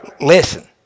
Listen